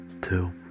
Two